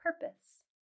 purpose